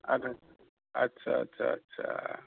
আচ্ছা আচ্ছা আচ্ছা